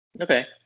Okay